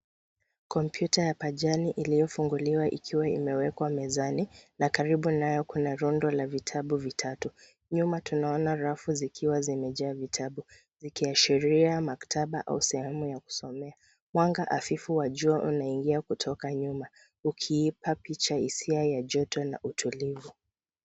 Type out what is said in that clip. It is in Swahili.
Kompyuta ya pajai iliyofunguliwa ikiwa imewekwa mezani na karibu nayo kuna rundo la vitabu vitatu. Nyuma tunaona rafu zikiwa zimejaa vitabu ikiashiria maktaba au sehemu ya kusomea. Mwanga hafifu wa jua unaingia kutoka nyuma ukiipa picha hisia ya joto na utulivu.